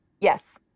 Yes